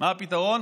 מה הפתרון?